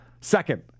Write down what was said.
Second